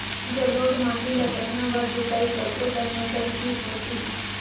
जलोढ़ माटी ला कतना बार जुताई करबो ता फसल ठीक होती?